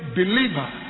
believer